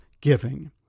giving